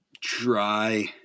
try